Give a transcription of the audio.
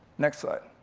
next slide.